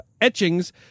Etchings